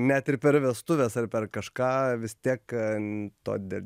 net ir per vestuves ar per kažką vis tiek n to dė